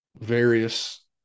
various